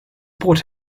brot